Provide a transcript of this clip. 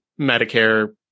medicare